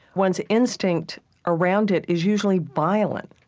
one's instinct around it is usually violent.